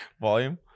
Volume